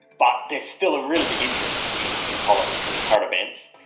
but there's still a really big interest in in politics and in current events.